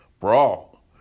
Brawl